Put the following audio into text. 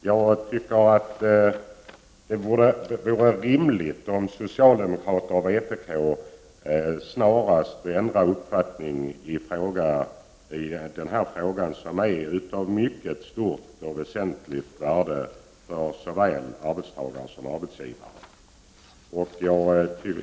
Jag tycker att det vore rimligt om socialdemokraterna och vpk snarast ändrade uppfattning i den här frågan, som är av mycket stor och väsentlig betydelse för både arbetstagare och arbetsgivare.